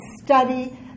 study